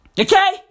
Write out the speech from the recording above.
Okay